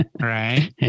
Right